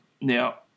Now